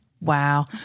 Wow